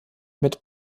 mit